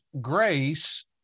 grace